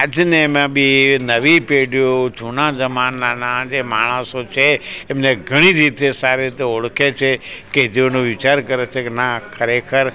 આજને માં બી નવી પેઢીઓ જૂના જમાનાના જે માણસો છે એમને ઘણી રીતે સારી રીતે ઓળખે છે કે જેઓનો વિચાર કરે છે કે ના ખરેખર